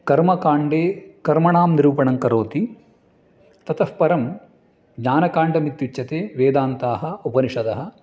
कर्मकाण्डे कर्मणां निरूपणं करोति ततःपरं ज्ञानकाण्डमित्युच्यते वेदान्ताः उपनिषदः